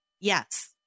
yes